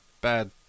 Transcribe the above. bad